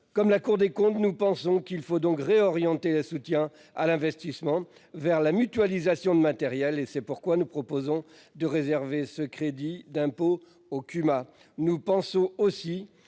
Comme la Cour des comptes. Nous pensons qu'il faut donc réorienter le soutien à l'investissement vers la mutualisation de matériel et c'est pourquoi nous proposons de réserver ce crédit d'impôt Okuma. Nous pensons aussi